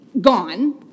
gone